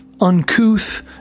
uncouth